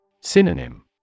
Synonym